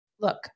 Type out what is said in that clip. Look